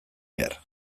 behar